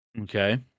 Okay